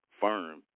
firm